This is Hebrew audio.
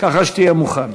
תהיה מוכן.